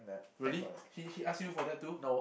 really he he ask you for that too